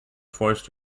forced